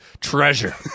treasure